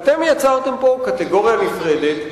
כי אתם יצרתם פה קטגוריה נפרדת,